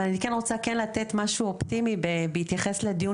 אני רוצה כן לתת משהו אופטימי בהתייחס לדיון